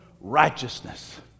righteousness